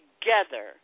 together